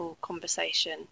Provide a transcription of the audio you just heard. conversation